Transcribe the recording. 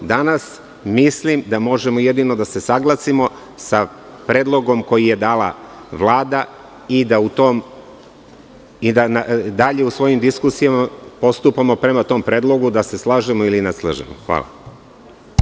Danas, mislim da možemo jedino da se saglasimo sa predlogom koji je dala Vlada i da dalje u svojim diskusijama postupamo prema tom predlogu da se slažemo ili ne slažemo.